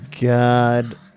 God